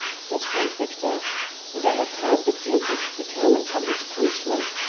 said count victor and i have heard the duke is determined on his punishment,